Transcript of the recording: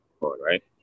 right